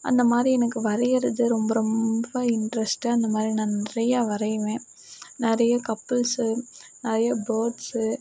அந்தமாதிரி எனக்கு வரையிறது ரொம்ப ரொம்ப இன்ட்ரஸ்ட்டு அந்தமாதிரி நான் நிறையா வரைவேன் நிறைய கப்புள்ஸு நிறைய பேர்ட்ஸு